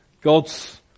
God's